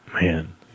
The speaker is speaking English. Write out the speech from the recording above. man